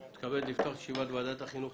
אני מתכבד לפתוח את ישיבת ועדת החינוך,